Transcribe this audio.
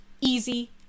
easy